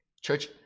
Church